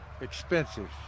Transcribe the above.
expensive